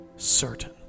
certain